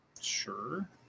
Sure